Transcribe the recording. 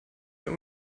der